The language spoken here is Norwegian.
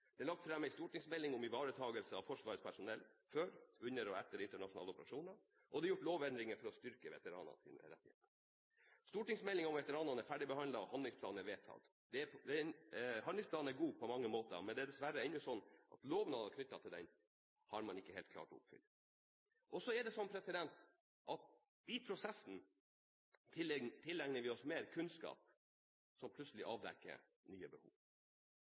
Det er lagt fram en stortingsmelding om ivaretakelse av Forsvarets personell før, under og etter internasjonale operasjoner, og det er gjort lovendringer for å styrke veteranenes rettigheter. Stortingsmeldingen om veteranene er ferdigbehandlet, og handlingsplanen er vedtatt. Handlingsplanen er god på mange måter, men man har dessverre ennå ikke klart å oppfylle lovnadene knyttet til den. I prosessen tilegner vi oss mer kunnskap som plutselig avdekker nye behov. Det er en side ved denne saken som antageligvis synliggjør noe av den manglende virkelighetsforståelsen som